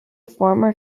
former